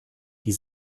die